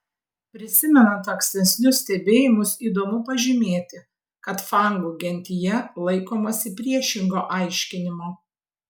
prisimenant ankstesnius stebėjimus įdomu pažymėti kad fangų gentyje laikomasi priešingo aiškinimo